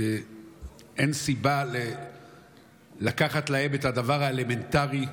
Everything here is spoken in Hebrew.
אין סיבה לקחת להם את הדבר האלמנטרי,